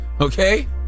Okay